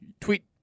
Tweet